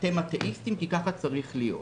אתם אתאיסטים כי כך צריך להיות.